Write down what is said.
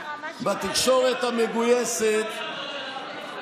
הדמוקרטיה לא תהיה אותה דמוקרטיה.